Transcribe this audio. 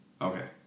Okay